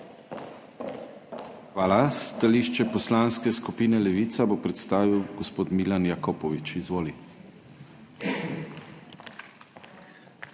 Hvala. Stališče Poslanske skupine Levica bo predstavil gospod Milan Jakopovič. Izvoli.